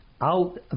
Out